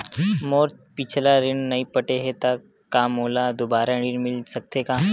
मोर पिछला ऋण नइ पटे हे त का मोला दुबारा ऋण मिल सकथे का?